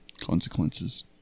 consequences